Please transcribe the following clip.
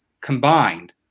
combined